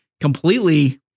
completely